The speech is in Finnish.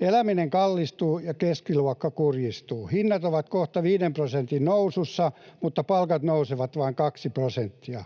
Eläminen kallistuu ja keskiluokka kurjistuu. Hinnat ovat kohta 5 prosentin nousussa, mutta palkat nousevat vain 2 prosenttia.